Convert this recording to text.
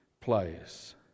place